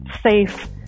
safe